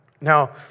Now